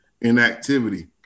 inactivity